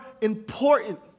important